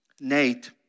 Nate